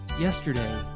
yesterday